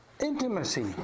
intimacy